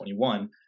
2021